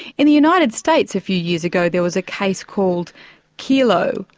in the united states a few years ago there was a case called kelo,